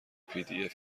pdf